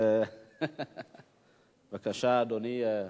בבקשה, אדוני,